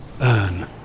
earn